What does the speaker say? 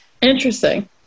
interesting